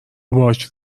باهاش